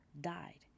died